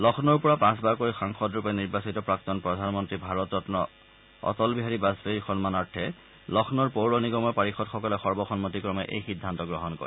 লক্ষ্ণৌৰ পৰা পাঁচবাৰকৈ সাংসদৰূপে নিৰ্বাচিত প্ৰাক্তন প্ৰধানমন্ত্ৰী ভাৰতৰন্ন অটল বিহাৰী বাজপেয়ীৰ সন্মানাৰ্থে লক্ষ্ণৌৰ পৌৰ নিগমৰ পাৰিষদসকলে সৰ্বসন্মতিক্ৰমে এই সিদ্ধান্ত গ্ৰহণ কৰে